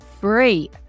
free